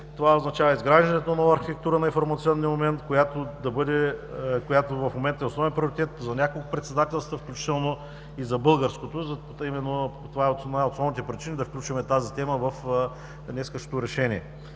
Това означава изграждането на нова архитектура на информационния момент, която в момента е основен приоритет за няколко председателства, включително и за българското. Именно този национален фонд е причина да включим тази тема в днешното решение,